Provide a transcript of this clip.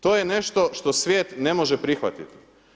To je nešto što svijet ne može prihvatiti.